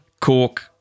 Cork